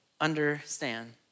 understand